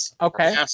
Okay